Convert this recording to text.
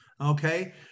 Okay